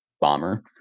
bomber